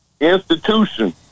institution